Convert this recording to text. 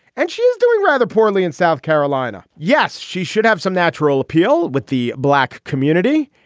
and she's doing rather poorly in south carolina. yes, she should have some natural appeal with the black community.